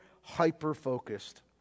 hyper-focused